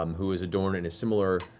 um who is adorned in a similar